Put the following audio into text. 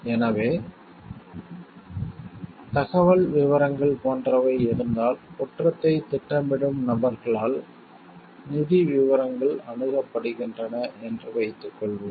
எனவே தகவல் விவரங்கள் போன்றவை இருந்தால் குற்றத்தைத் திட்டமிடும் நபர்களால் நிதி விவரங்கள் அணுகப்படுகின்றன என்று வைத்துக்கொள்வோம்